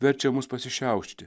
verčia mus pasišiaušti